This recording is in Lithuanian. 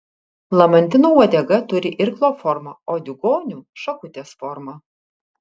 lamantino uodega turi irklo formą o diugonių šakutės formą